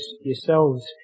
yourselves